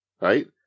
Right